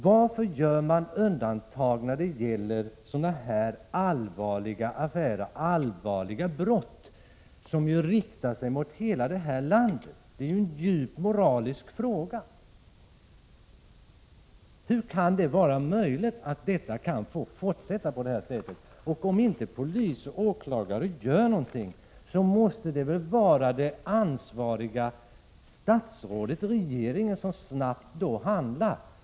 Varför gör man undantag när det gäller så här allvarliga affärer, allvarliga brott, som ju riktar sig mot hela landet? Detta är en djupt moralisk fråga. Hur kan det vara möjligt att detta kan fortsätta? Om inte polis och åklagare gör någonting, måste det ansvariga statsrådet och regeringen snabbt handla.